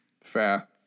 Fair